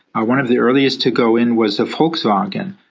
ah one of the earliest to go in was volkswagen,